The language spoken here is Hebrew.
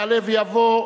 יעלה ויבוא,